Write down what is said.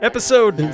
Episode